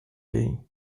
day